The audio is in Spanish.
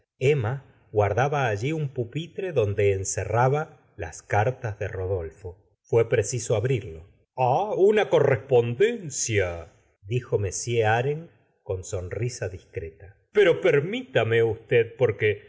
emma guardaba alli un pupitre donde encerraba las cartas de rodolfo fué preciso abrirlo ah una correspondencia dijo m aren con sonrisa discreta pero permitame v porque